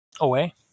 away